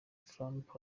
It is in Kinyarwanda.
trump